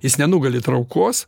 jis nenugali traukos